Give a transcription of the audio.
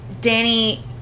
Danny